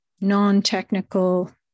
non-technical